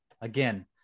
again